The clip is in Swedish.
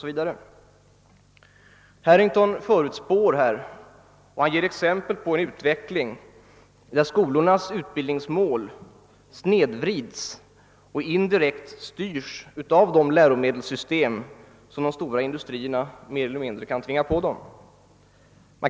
S. V. Harrington förutspår och ger exempel på en utveckling där skolornas utbildningsmål snedvrids och indirekt styrs av de läromedelssystem som de stora industrierna mer eller mindre kan tvinga på dem.